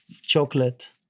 chocolate